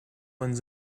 lends